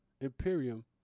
Imperium